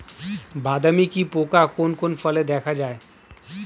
বাদামি কি পোকা কোন কোন ফলে দেখা যায়?